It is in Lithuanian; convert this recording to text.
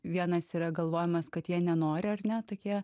vienas yra galvojimas kad jie nenori ar ne tokie